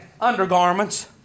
undergarments